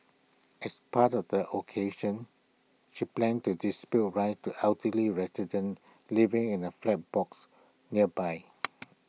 as part of the occasion she planned to distribute right to elderly residents living in A books nearby